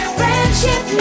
friendship